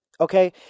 okay